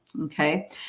Okay